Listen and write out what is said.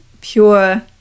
pure